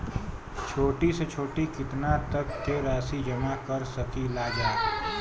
छोटी से छोटी कितना तक के राशि जमा कर सकीलाजा?